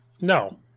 No